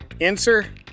Answer